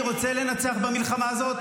אני רוצה לנצח במלחמה הזו?